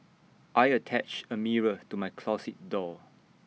I attached A mirror to my closet door